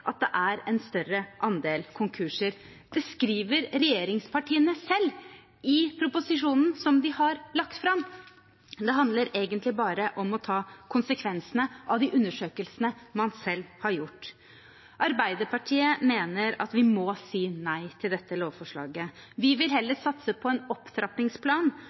at det er en større andel konkurser. Det skriver regjeringspartiene selv i proposisjonen som de har lagt fram. Det handler egentlig bare om å ta konsekvensene av de undersøkelsene man selv har gjort. Arbeiderpartiet mener at vi må si nei til dette lovforslaget. Vi vil heller satse på en opptrappingsplan